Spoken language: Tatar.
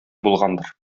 булгандыр